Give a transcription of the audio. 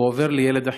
הוא עובר לילד אחר.